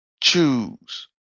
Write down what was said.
choose